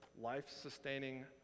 life-sustaining